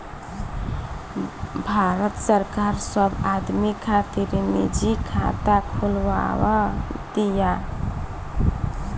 भारत सरकार सब आदमी खातिर निजी खाता खोलवाव तिया